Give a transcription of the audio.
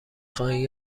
خواهید